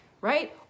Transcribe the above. right